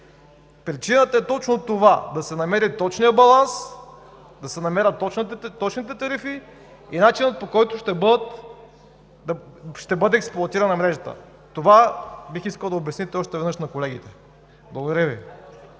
Причината е точно това – да се намери точният баланс, да се намерят точните тарифи и начинът, по който ще бъде експлоатирана мрежата. Това бих искал да обясните още веднъж на колегите. Благодаря Ви.